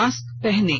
mask पहनें